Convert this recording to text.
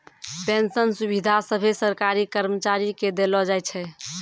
pension सुविधा सभे सरकारी कर्मचारी के देलो जाय छै